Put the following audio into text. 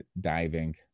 diving